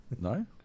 No